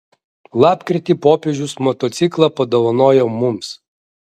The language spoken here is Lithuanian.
lapkritį popiežius motociklą padovanojo mums